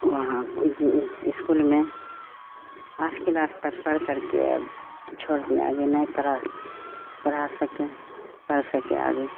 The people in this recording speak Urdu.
وہاں اسکول میں آٹھ کلاس تک پڑھ کر کے چھوڑ دیے آگے نہیں پڑھا پڑھا سکیں پڑھ سکے آگے